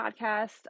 podcast